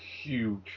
huge